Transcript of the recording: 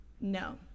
No